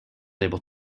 able